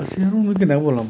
आं